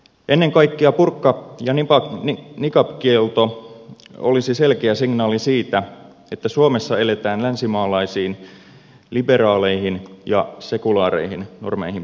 ennen kaikkea burka ja niqab kielto olisi selkeä signaali siitä että suomessa eletään länsimaalaisiin liberaaleihin ja sekulaareihin normeihin perustuvalla tavalla